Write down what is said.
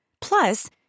Plus